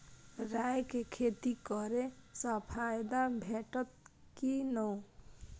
राय के खेती करे स फायदा भेटत की नै?